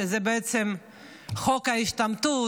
שזה בעצם חוק ההשתמטות,